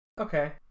Okay